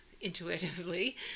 intuitively